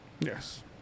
Yes